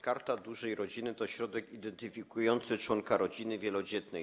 Karta Dużej Rodziny to środek identyfikujący członka rodziny wielodzietnej.